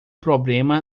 problema